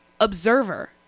observer